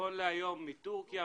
נכון להיום, מטורקיה.